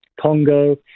Congo